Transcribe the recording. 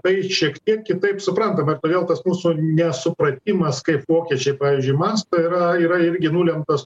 tai šiek tiek kitaip suprantama ir todėl tas mūsų nesupratimas kaip vokiečiai pavyzdžiui masto yra yra irgi nulemtas